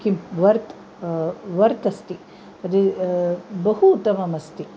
किं वर्तते वर्त्अतेस्ति तद् बहु उत्तमम् अस्ति